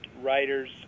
writers